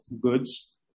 goods